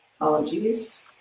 Apologies